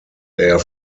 air